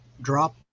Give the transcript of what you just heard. drop